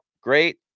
Great